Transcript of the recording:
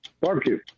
Barbecue